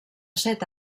set